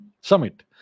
summit